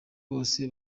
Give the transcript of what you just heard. bose